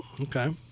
Okay